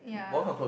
yeah